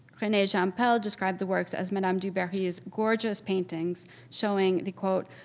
rene jean um pell described the works as madame du barry's gorgeous paintings showing the, quote,